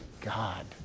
God